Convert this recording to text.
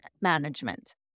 management